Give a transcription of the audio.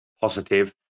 positive